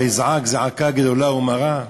"ויזעק זעקה גדולה ומרה"?